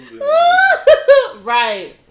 Right